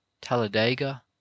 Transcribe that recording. Talladega